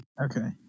Okay